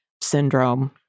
syndrome